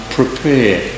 prepare